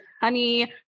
honey